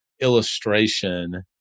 illustration